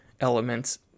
elements